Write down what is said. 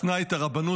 שנא את הרבנות,